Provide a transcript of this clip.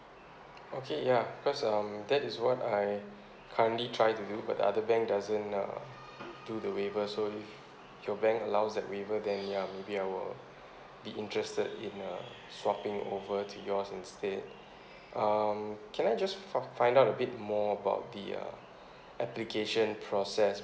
okay ya because um that is what I currently try to do but other bank doesn't uh do the waiver so your bank allows that waiver then ya maybe I will be interested in uh swapping over to yours instead um can I just fi~ find out a bit more about the uh application process